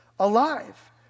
Alive